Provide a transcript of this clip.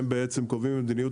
הם קובעים את מדיניות